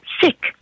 sick